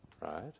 right